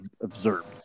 observed